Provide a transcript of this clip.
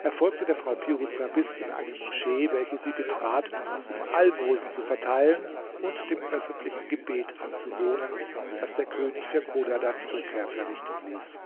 er folgte der frau piruza bis in eine moschee welche sie betrat um almosen zu verteilen und dem öffentlichen gebet anzuwohnen das der könig für chodadads rückkehr verrichten ließ